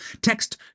Text